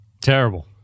Terrible